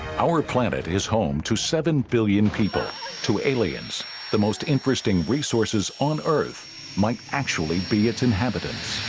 our planet is home to seven billion people to aliens the most interesting resources on earth might actually be its inhabitants